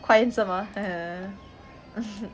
quite handsome ah